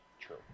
True